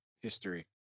history